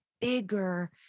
bigger